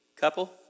couple